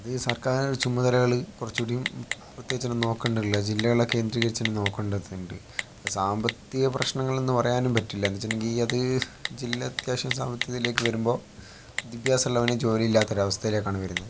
അത് ഈ സർക്കാർ ചുമതലകൾ കുറച്ചും കൂടിയും പ്രത്യേകിച്ച് ഒന്നും നോക്കണ്ടല്ലോ ജില്ലകളെ കേന്ദ്രികരിച്ചല്ലേ നോക്കേണ്ടതുണ്ട് സാമ്പത്തിക പ്രശ്നങ്ങൾ എന്ന് പറയാനും പറ്റില്ല എന്നു വെച്ചിട്ടുണ്ടെങ്കിൽ അത് ജില്ലാ അത്യാവശ്യം സമത്വത്തിലേക്ക് വരുമ്പോൾ വിദ്യാഭ്യാസം ഉള്ളവന് ജോലിയില്ലാത്ത ഒരു അവസ്ഥയിലേക്കാണ് വരുന്നത്